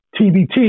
TBT